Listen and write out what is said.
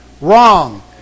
wrong